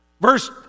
Verse